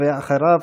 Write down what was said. ואחריו,